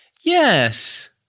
Yes